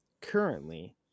currently